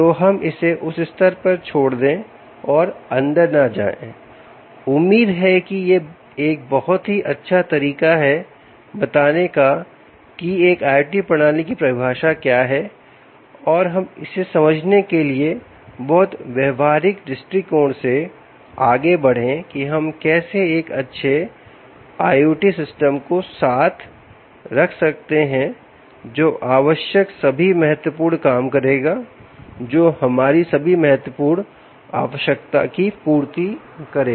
तो हम इसे उस स्तर पर छोड़ दें और अंदर ना जाए उम्मीद है कि यह एक बहुत ही अच्छा तरीका है बताने का कि एक IOT प्रणाली की परिभाषा क्या है अब हम इसे समझने के लिए बहुत व्यवहारिक दृष्टिकोण से आगे बढ़े कि हम कैसे एक अच्छे IoT सिस्टम को साथ रख सकते हैं जो कि आवश्यक सभी महत्वपूर्ण काम करेगा जो हमारी सभी महत्वपूर्ण आवश्यकता की पूर्ति करेेगा